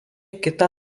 kitą